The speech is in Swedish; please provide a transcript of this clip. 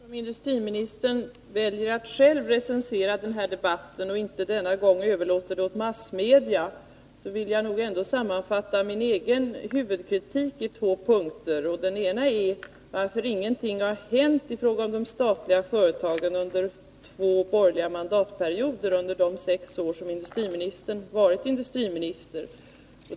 Nr 88 Herr talman! Eftersom industriministern väljer att själv recensera den här Torsdagen den debatten och inte denna gång överlåter det åt massmedia, vill jag nog ändå 725 februari 1982 sammanfatta min egen huvudkritik i två punkter. Den ena gäller varför ingenting hänt i fråga om de statliga företagen under Meddelande om två borgerliga mandatperioder och under de sex år som industriministern frågor varit industriminister.